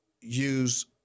use